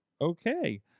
Okay